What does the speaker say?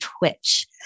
Twitch